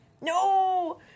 no